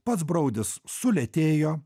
pats broudis sulėtėjo